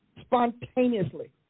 spontaneously